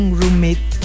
roommate